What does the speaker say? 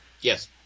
Yes